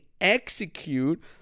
execute